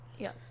Yes